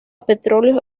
petróleo